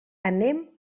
anem